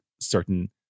certain